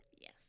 Yes